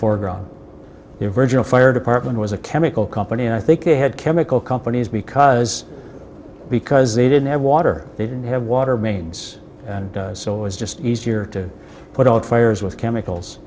foreground the virginal fire department was a chemical company and i think they had chemical companies because because they didn't have water they didn't have water mains and so it was just easier to put out fires with chemicals